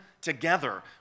together